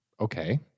Okay